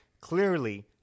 clearly